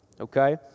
okay